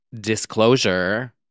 Disclosure